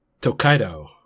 Tokaido